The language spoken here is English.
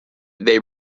they